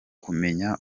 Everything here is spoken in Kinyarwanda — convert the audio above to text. kumenya